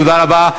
תודה רבה.